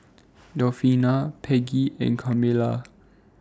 Delfina Peggie and Carmela